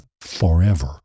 forever